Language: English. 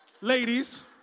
Ladies